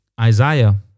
Isaiah